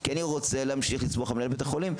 כי אני רוצה להמשיך לסמוך על מנהלי בתי החולים.